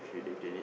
mm